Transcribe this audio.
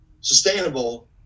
sustainable